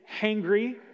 hangry